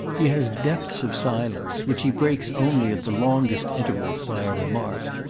he has depths of silence which he breaks only at the longest intervals by a remark.